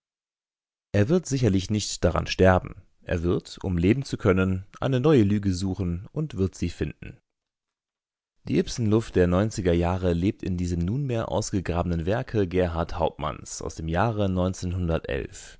er wird sicherlich nicht daran sterben er wird um leben zu können eine neue lüge suchen und wird sie finden die ibsen-luft der neunziger jahre lebt in diesem nunmehr ausgegrabenen werke gerhart hauptmanns aus dem jahre